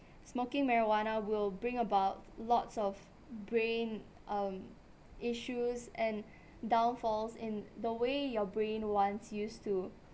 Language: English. smoking marijuana will bring about lots of brain um issues and downfalls in the way your brain once used to